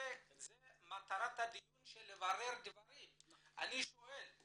מטרת הדיון היא לברר דברים ואני שואל.